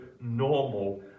normal